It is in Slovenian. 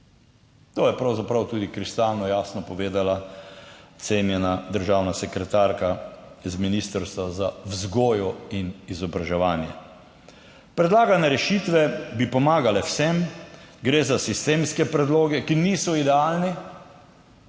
To je pravzaprav tudi kristalno jasno povedala cenjena državna sekretarka z Ministrstva za vzgojo in izobraževanje. Predlagane rešitve bi pomagale vsem, gre za sistemske predloge, ki niso idealni.